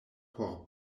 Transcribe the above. por